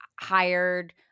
hired